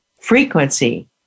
frequency